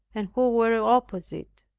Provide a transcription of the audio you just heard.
and who were opposite.